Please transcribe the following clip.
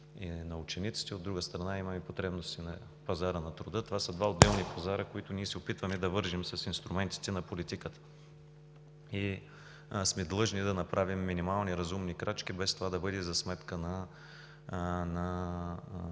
и на учениците, а, от друга страна, има потребности на пазара на труда. Това са два отделни пазара, които ние се опитваме да вържем с инструментите на политиката. Длъжни сме да направим минимални разумни крачки, без това да бъде за сметка на